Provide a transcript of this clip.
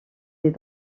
des